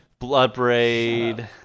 Bloodbraid